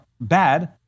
bad